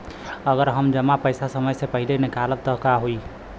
अगर हम जमा पैसा समय से पहिले निकालब त का होई?